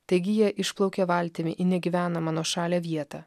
taigi jie išplaukė valtimi į negyvenamą nuošalią vietą